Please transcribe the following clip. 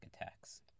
attacks